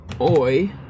oi